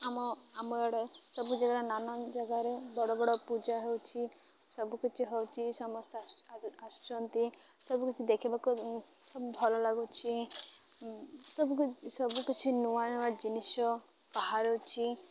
ଆମ ଆମ ଆଡ଼େ ସବୁ ଜାଗାରେ ନାନା ଜାଗାରେ ବଡ଼ ବଡ଼ ପୂଜା ହେଉଛି ସବୁକିଛି ହେଉଛି ସମସ୍ତେ ଆସୁଛନ୍ତି ସବୁକିଛି ଦେଖିବାକୁ ସବୁ ଭଲ ଲାଗୁଛି ସବୁ ସବୁକିଛି ନୂଆ ନୂଆ ଜିନିଷ ବାହାରୁଛି